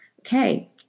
Okay